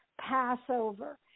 Passover